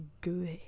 good